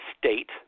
state